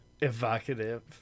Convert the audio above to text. evocative